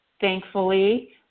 Thankfully